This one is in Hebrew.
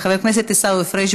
חבר הכנסת עיסאווי פריג',